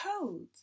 codes